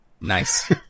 Nice